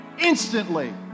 Instantly